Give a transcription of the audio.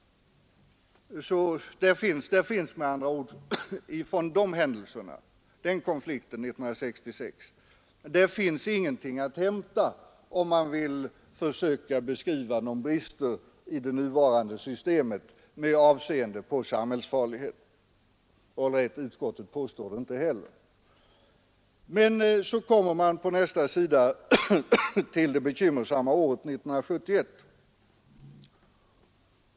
Från konflikten 1966 finns med andra ord ingenting att hämta om man vill försöka beskriva det nuvarande systemet som otillräckligt för att skydda mot samhällsfarliga konflikter, och utskottet gör det inte heller. På nästa sida i betänkandet tar man upp det bekymmersamma året 1971.